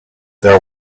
there